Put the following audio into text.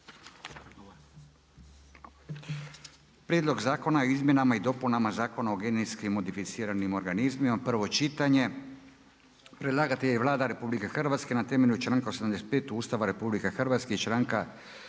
Prijedlog Zakona o izmjenama i dopunama Zakona o genetski modificiranim organizmima, prvo čitanje, P.Z.E. br. 152 Predlagatelj je Vlada Republike Hrvatske, na temelju članaka 85. Ustava Republike Hrvatske i članka